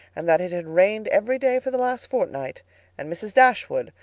and that it had rained every day for the last fortnight and mrs. dashwood,